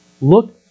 Look